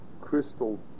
crystal